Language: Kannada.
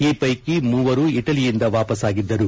ಈ ಪೈಕಿ ಮೂವರು ಇಟಲಿಯಿಂದ ವಾಪಸ್ಲಾಗಿದ್ದರು